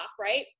right